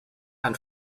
and